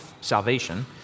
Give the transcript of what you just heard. salvation